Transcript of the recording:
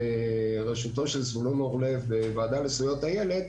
בראשותו של זבולון אורלב בוועדה לזכויות הילד,